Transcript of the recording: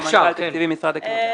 כן, אפשר.